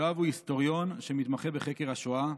יואב הוא היסטוריון שמתמחה בחקר השואה,